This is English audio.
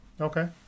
Okay